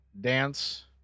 dance